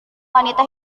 wanita